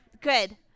good